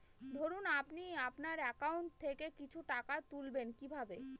ধরুন আপনি আপনার একাউন্ট থেকে কিছু টাকা তুলবেন কিভাবে?